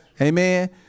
amen